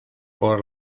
por